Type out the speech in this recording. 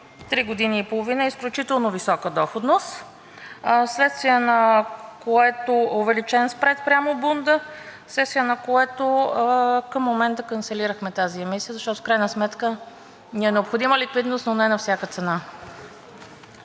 3 години и половина – изключително висока доходност, вследствие на което е увеличен спредът спрямо бунда, вследствие на което към момента канцелирахме тази емисия, защото в крайна сметка ни е необходима ликвидност, но не на всяка цена.